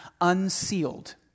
unsealed